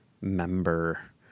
member